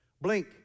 blink